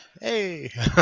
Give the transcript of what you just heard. Hey